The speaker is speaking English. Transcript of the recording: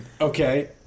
Okay